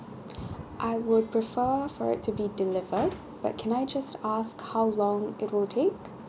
I would prefer for it to be delivered but can I just ask how long it will take